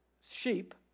sheep